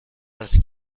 است